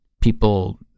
people